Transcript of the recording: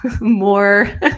more